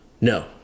no